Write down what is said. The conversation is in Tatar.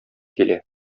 килә